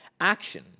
action